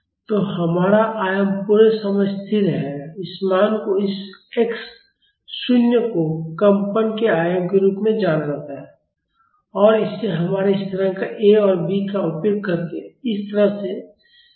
तो हमारा आयाम पूरे समय स्थिर रहेगा इस मान को इस x शून्य को कंपन के आयाम के रूप में जाना जाता है और इसे हमारे स्थिरांक a और b का उपयोग करके इस तरह से परिकलित किया जा सकता है